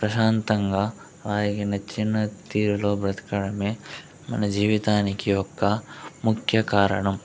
ప్రశాంతంగా ఆయన నచ్చిన తీరులో బ్రతకడమే మన జీవితానికి ఒక ముఖ్య కారణం